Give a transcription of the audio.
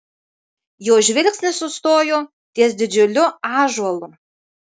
jo žvilgsnis sustojo ties didžiuliu ąžuolu